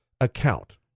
account